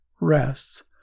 rests